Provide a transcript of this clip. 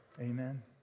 Amen